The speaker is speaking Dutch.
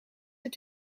het